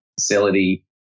facility